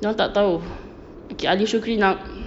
dia orang tak tahu okay not